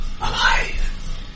alive